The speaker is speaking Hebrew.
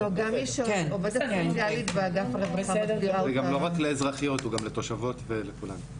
זה גם לא רק לאזרחיות הוא גם לתושבות לכולם.